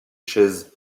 chaises